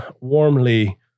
warmly